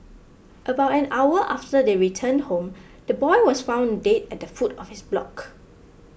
about an hour after they returned home the boy was found dead at the foot of his block